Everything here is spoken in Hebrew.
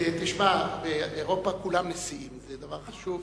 הקרואטי, שבא לביקור רשמי במדינתנו ובכנסת שלנו,